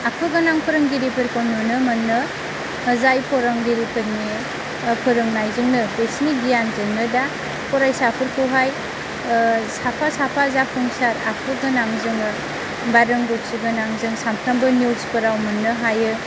आखु गोनां फोरोंगिरिफोरखौ नुनो मोनो जाय फोरोंगिरिफोरनि फोरोंनायजोंनो बिसिनि गियानजोंनो दा फरायसाफोरखौहाय साफा साफा जाफुंसार आखु गोनां जोङो बा रोंगौथि गोनां जों सानफ्रामबो निउसफोराव मोननो हायो